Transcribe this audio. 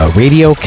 radio